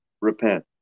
repent